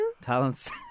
talents